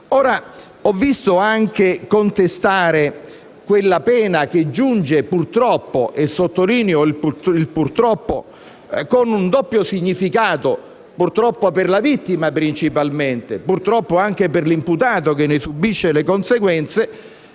Ho visto anche contestare quella pena che giunge purtroppo - e sottolineo il purtroppo, con un doppio significato: purtroppo per la vittima, principalmente, ma purtroppo anche per l'imputato, che ne subisce le conseguenze